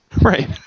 Right